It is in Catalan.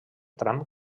tram